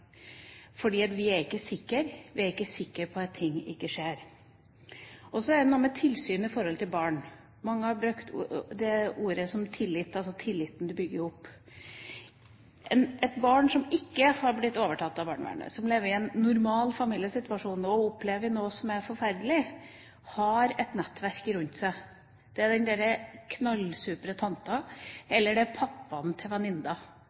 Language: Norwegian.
fordi vi ikke er sikre – vi er ikke sikre på at ting ikke skjer. Så er det noe med tilsynet og forholdet til barn. Mange har brakt inn ordet «tillit». Tillit bygger du opp. Et barn som ikke har blitt overtatt av barnevernet, som lever i en normal familiesituasjon og opplever noe som er forferdelig, har et nettverk rundt seg. Det kan være den knallsupre tanta eller det er